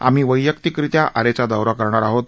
आम्ही वैयक्तीकरित्या आरेचा दौरा करणार आहोत